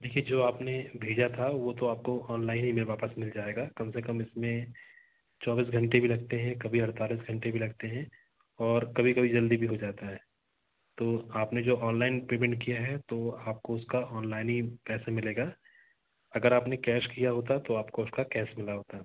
देखिए जो आपने भेजा था वो तो आपको ऑनलाइन ही में वापस मिल जाएगा कम से कम इस में चौबीस घंटे भी लगते हैं कभी अड़तालीस घंटे भी लगते हैं और कभी कभी जल्दी भी हो जाता है तो आपने जो ऑनलाइन पेमेंट किया है तो आपको उसका ऑनलाइन ही पैसे मिलेगा अगर आपने कैश किया होता तो आपको उसका कैश मिला होता